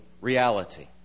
reality